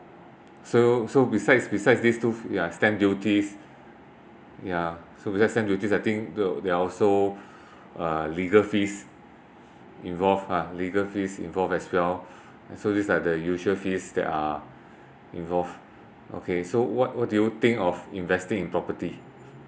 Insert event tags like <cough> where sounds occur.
so so besides besides these two ya stamp duties yeah so besides stamp duties I think the there are also <breath> uh legal fees involved ah legal fees involved as well <breath> so these are the usual fees that are involved okay so what what do you think of investing in property